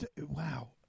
wow